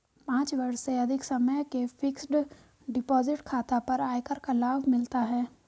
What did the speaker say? पाँच वर्ष से अधिक समय के फ़िक्स्ड डिपॉज़िट खाता पर आयकर का लाभ मिलता है